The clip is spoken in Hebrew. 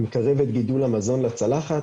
המקרב את גידול המזון לצלחת,